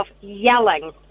yelling